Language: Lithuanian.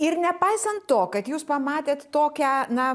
ir nepaisant to kad jūs pamatėt tokią na